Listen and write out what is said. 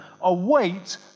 await